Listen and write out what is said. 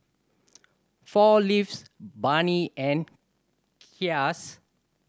Four Leaves Burnie and Kiehl's